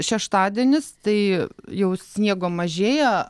šeštadienis tai jau sniego mažėja